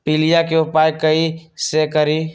पीलिया के उपाय कई से करी?